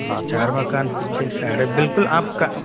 जी चार मकान पीछे की साइड है बिल्कुल आपका